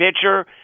pitcher